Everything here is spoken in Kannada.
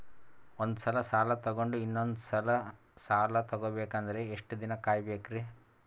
ಒಂದ್ಸಲ ಸಾಲ ತಗೊಂಡು ಇನ್ನೊಂದ್ ಸಲ ಸಾಲ ತಗೊಬೇಕಂದ್ರೆ ಎಷ್ಟ್ ದಿನ ಕಾಯ್ಬೇಕ್ರಿ?